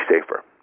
safer